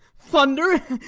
thunder!